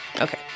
Okay